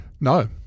No